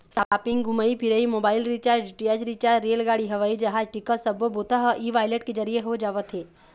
shopping, घूमई फिरई, mobile recharge, DTH recharge, रेलगाड़ी, हवई जहाज टिकट सब्बो बूता ह ई वॉलेट के जरिए हो जावत हे